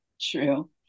True